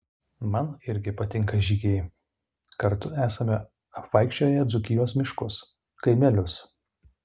man irgi patinka žygiai kartu esame apvaikščioję dzūkijos miškus kaimelius